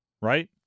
right